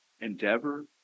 Endeavor